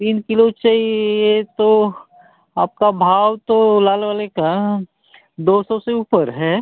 तीन किलो चाहिए तो आपका भाव तो लाल वाले का दो सौ से ऊपर है